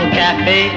cafe